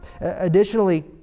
Additionally